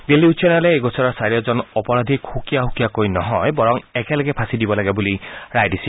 দিল্লী উচ্চ ন্যায়ালয়ে এই গোচৰৰ চাৰিওজন অপৰাধীক সুকীয়া সুকীয়াকৈ নহয় বৰং একেলগে ফাঁচী দিব লাগে ৰায় দিছিল